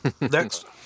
Next